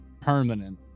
Permanent